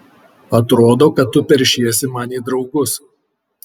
atrodo kad tu peršiesi man į draugus